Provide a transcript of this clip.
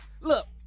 Look